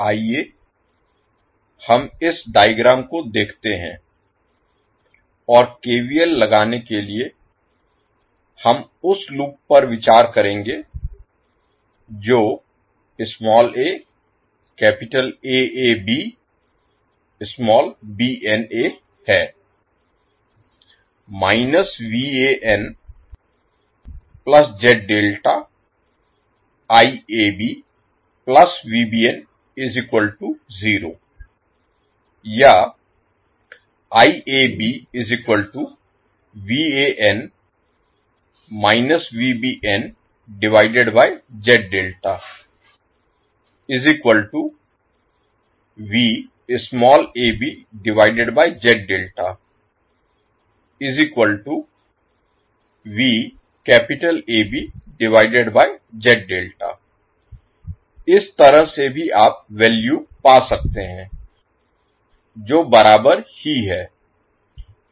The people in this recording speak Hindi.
आइए हम इस डायग्राम को देखते हैं और KVL लगाने के लिए हम उस लूप पर विचार करेंगे जो aAABbna है या इस तरह से भी आप वैल्यू पा सकते हैं जो बराबर ही है